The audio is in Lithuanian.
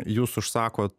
jūs užsakot